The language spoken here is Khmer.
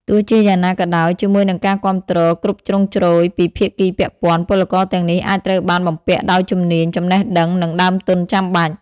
ទោះជាយ៉ាងណាក៏ដោយ ជាមួយនឹងការគាំទ្រគ្រប់ជ្រុងជ្រោយពីភាគីពាក់ព័ន្ធ ពលករទាំងនេះអាចត្រូវបានបំពាក់ដោយជំនាញ ចំណេះដឹង និងដើមទុនចាំបាច់ ។